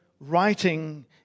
writing